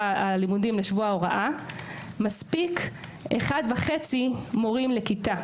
הלימודים לשבוע ההוראה מספיק 1.5 מורים לכיתה.